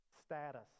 status